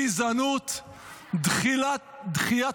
גזענות, דחיית